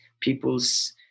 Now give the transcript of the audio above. people's